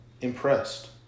impressed